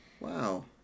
Wow